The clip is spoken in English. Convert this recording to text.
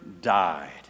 died